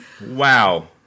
Wow